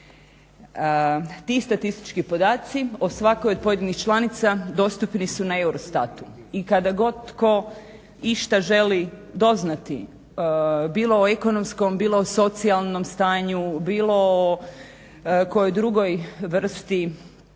Ti statistički podaci o svakoj od pojedinih članica dostupni su na EUROSTAT-u. I kada god tko išta želi doznati, bilo o ekonomskom, bilo o socijalnom stanju, bilo o kojoj drugoj vrsti